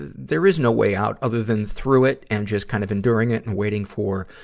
there is no way out, other than through it and just kind of enduring it and waiting for,